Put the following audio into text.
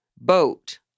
boat